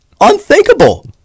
Unthinkable